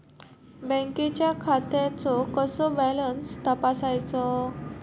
बँकेच्या खात्याचो कसो बॅलन्स तपासायचो?